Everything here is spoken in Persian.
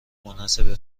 منحصربه